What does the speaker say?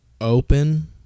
open